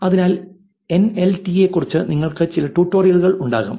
അതിനാൽ എൻഎൽടികെയെക്കുറിച്ച് നിങ്ങള്ക്ക് ചില ട്യൂട്ടോറിയലുകൾ ഉണ്ടാകും